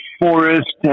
forest